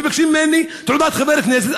מבקשים ממני תעודת חבר כנסת,